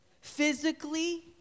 physically